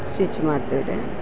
stitch ಮಾಡ್ತಿವ್ರಿ